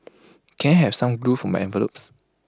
can I have some glue for my envelopes